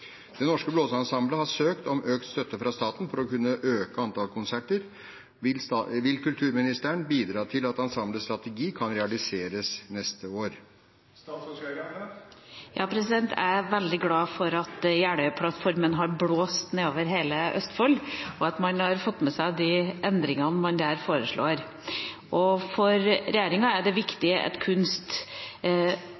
Norske Blåseensemble har søkt om økt støtte fra staten for å kunne øke antall konserter. Vil statsråden bidra til at ensemblets strategi kan realiseres neste år?» Jeg er veldig glad for at Jeløya-plattformen har blåst nedover hele Østfold, og at man har fått med seg de endringene man der foreslår. For regjeringa er det